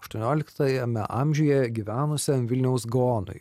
aštuonioliktajame amžiuje gyvenusiam vilniaus gaonui